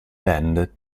band